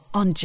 on